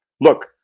Look